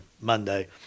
Monday